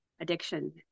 addiction